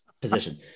position